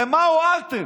במה הועלתם?